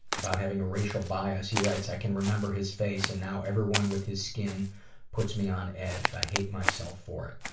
about having a racial bias, he writes, i can remember his face and now everyone with his skin puts me on edge. i hate myself for it.